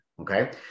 Okay